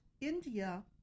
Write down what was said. India